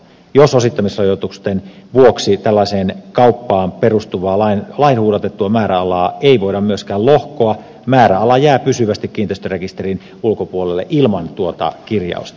jos osittamisrajoitusten vuoksi tällaiseen kauppaan perustuvaa lainhuudatettua määräalaa ei voida myöskään lohkoa määräala jää pysyvästi kiinteistörekisterin ulkopuolelle ilman tuota kirjausta